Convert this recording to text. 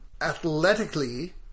athletically